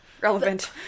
Relevant